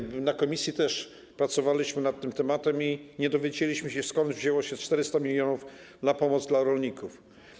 Na posiedzeniu komisji też pracowaliśmy nad tym tematem i nie dowiedzieliśmy się, skąd wzięło się 400 mln zł na pomoc dla rolników.